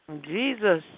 Jesus